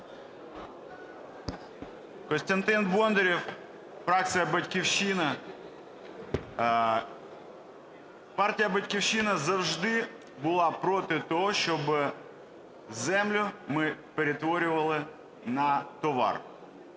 Костянтин Бондарєв, фракція "Батьківщина". Партія "Батьківщина" завжди була проти того, щоб землю ми перетворювали на товар.